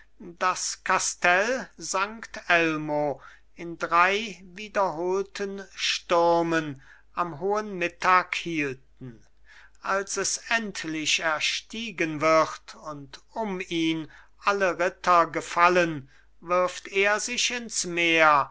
das kastell sankt elmo in drei wiederholten stürmen am hohen mittag hielten als es endlich erstiegen wird und um ihn alle ritter gefallen wirft er sich ins meer